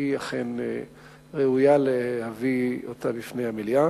אכן ראוי להביא אותה לפני המליאה.